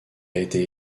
été